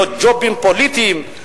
לג'ובים פוליטיים,